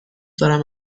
دارم